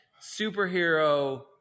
superhero